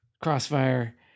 Crossfire